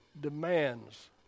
Demands